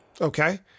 Okay